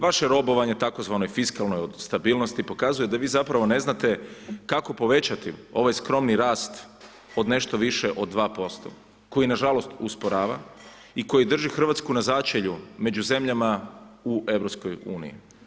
Vaše robovanje tzv. fiskalnoj stabilnosti pokazuje da zapravo ne znate kako povećati ovaj skromnu rast od nešto više od 2% koji nažalost usporava i koji drži Hrvatsku na začelju među zemljama u EU-u.